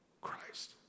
Christ